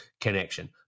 connection